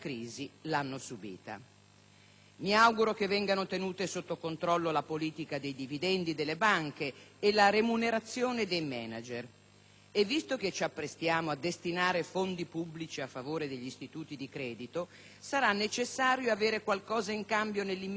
Mi auguro che vengano tenute sotto controllo la politica dei dividendi delle banche e la remunerazione dei manager. E visto che ci apprestiamo a destinare fondi pubblici a favore degli istituti di credito sarà necessario avere qualcosa in cambio nell'immediato, a favore dei clienti,